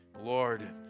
Lord